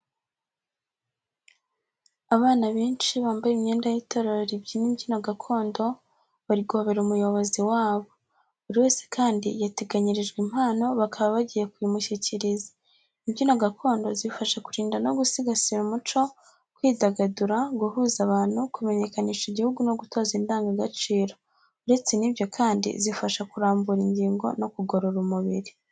Abana benshi bambaye imyenda y'itorero ribyina imbyino gakondo, bari guhobera umuyobozi wabo. Buri wese kandi yateganyirijwe impano, bakaba bagiye kuyimushyikiriza. Imbyino gakondo zifasha kurinda no gusigasira umuco, kwidagadura, guhuza abantu, kumenyekanisha igihugu no gutoza indangagaciro. Uretse n'ibyo kandi, zifasha kurambura ingingo no kugorora umubiri.